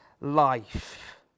life